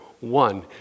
One